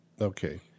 Okay